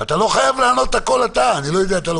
לא חייב לענות על הכול דווקא אתה.